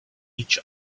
each